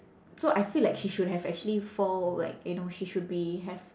so I feel like she should have actually fall like you know she should be have